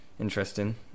interesting